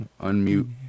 Unmute